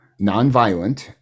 nonviolent